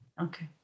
okay